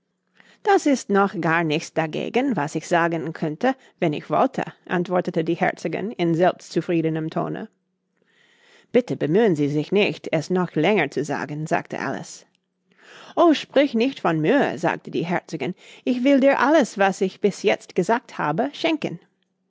das ist noch gar nichts dagegen was ich sagen könnte wenn ich wollte antwortete die herzogin in selbstzufriedenem tone bitte bemühen sie sich nicht es noch länger zu sagen sagte alice o sprich nicht von mühe sagte die herzogin ich will dir alles was ich bis jetzt gesagt habe schenken